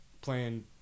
Playing